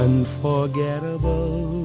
Unforgettable